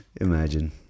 imagine